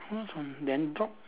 then dog